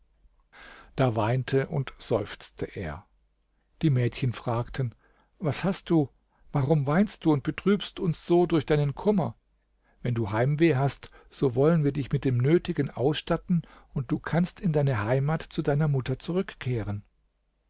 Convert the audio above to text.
da weinte und seufzte er die mädchen fragten was hast du warum weinst du und betrübst uns so durch deinen kummer wenn du heimweh hast so wollen wir dich mit dem nötigen ausstatten und du kannst in deine heimat zu deiner mutter zurückkehren